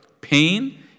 pain